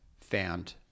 found